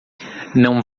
não